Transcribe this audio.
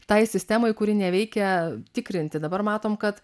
tai sistemai kuri neveikia tikrinti dabar matom kad